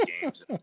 games